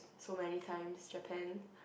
so many times Japan